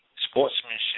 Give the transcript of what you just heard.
sportsmanship